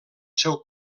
seu